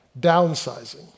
downsizing